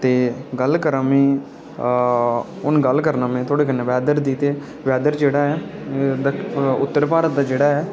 गल्ल करना में हून थुआढ़े कन्नै वैदर दी ते वैदर जेह्ड़ा ऐ उत्तर भारत दा जेह्ड़ा ऐ